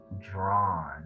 drawn